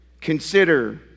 consider